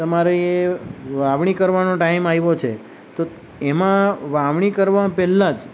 તમારે વાવણી કરવાનો ટાઈમ આવ્યો છે તો એમાં વાવણી કરવા પહેલાં જ